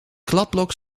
kladblok